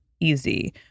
easy